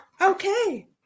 Okay